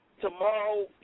tomorrow